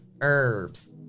herbs